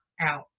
out